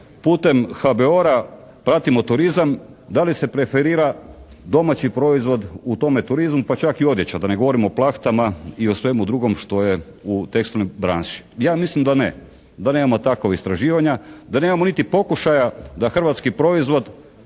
putem HBOR-a pratimo turizam da li se preferira domaći proizvod u tome turizmu pa čak i odjeća da ne govorim o plahtama i o svemu drugom što je u tekstilnoj branši. Ja mislim da ne, da nemamo takova istraživanja, da nemamo niti pokušaja da hrvatski proizvod